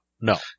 No